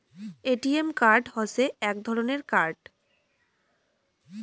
ATM card হসে এক ধরণের কার্ড